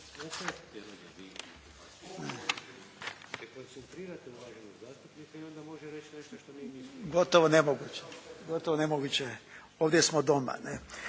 Gotovo nemoguće. Ovdje smo doma.